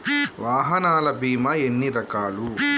వాహనాల బీమా ఎన్ని రకాలు?